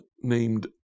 named